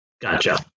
Gotcha